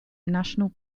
national